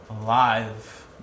alive